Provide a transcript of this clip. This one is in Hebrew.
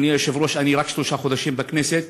אדוני היושב-ראש, אני רק שלושה חודשים בכנסת,